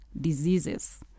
diseases